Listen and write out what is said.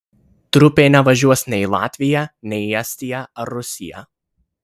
trupė nevažiuos nei į latviją nei į estiją ar rusiją